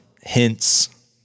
hints